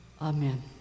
Amen